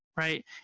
Right